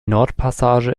nordpassage